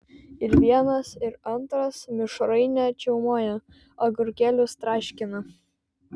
ir vienas ir antras mišrainę čiaumoja agurkėlius traškina